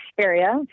area